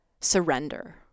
surrender